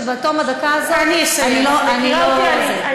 אני מבקשת, בתום הדקה הזאת אני לא, אני אסיים.